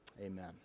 Amen